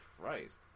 Christ